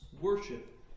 worship